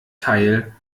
teil